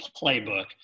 playbook